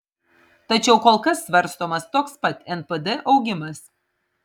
tačiau kol kas svarstomas toks pat npd augimas